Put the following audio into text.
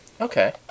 Okay